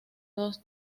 dos